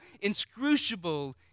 inscrutable